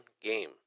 game